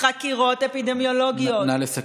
חקירות אפידמיולוגיות, נא לסכם.